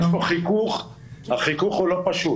יש פה חיכוך, החיכוך הוא לא פשוט.